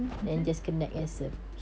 betul